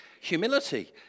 humility